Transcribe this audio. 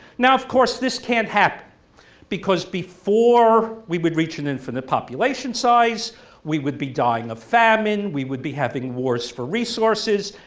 now of course this can't happen because before we would reach an infinite population size we would be dying of famine, we would be having wars for resources,